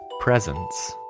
presence